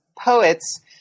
poets